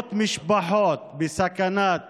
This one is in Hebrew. מאות משפחות בסכנת